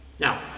Now